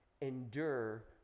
endure